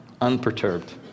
unperturbed